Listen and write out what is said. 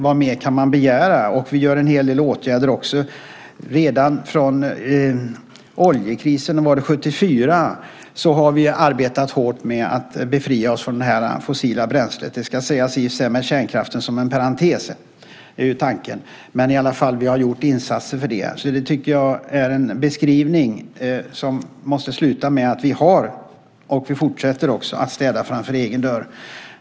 Vad mer kan man begära? Vi vidtar också en hel del åtgärder. Efter oljekrisen 1974 har vi arbetat hårt med att befria oss från det fossila bränslet, med kärnkraften som en parentes, är tanken. Vi har gjort insatser för det. Beskrivningen måste sluta med att vi har städat och fortsätter att städa framför egen dörr.